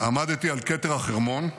עמדתי על כתר החרמון,